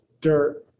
dirt